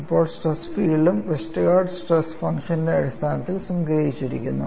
ഇപ്പോൾ സ്ട്രെസ് ഫീൽഡും Westergaard stress ഫംഗ്ഷന്റെ അടിസ്ഥാനത്തിൽ സംഗ്രഹിച്ചിരിക്കുന്നു